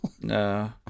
No